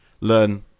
learn